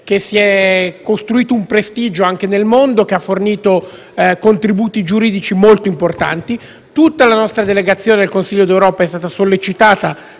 che si è costruito un prestigio anche nel mondo, fornendo contributi giuridici molto importanti, e ricordo che tutta la nostra delegazione del Consiglio d'Europa è stata sollecitata